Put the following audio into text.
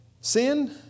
Sin